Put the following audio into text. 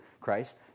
Christ